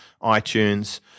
itunes